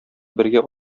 бергә